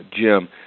Jim